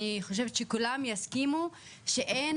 אני חושבת שכולם יסכימו שאין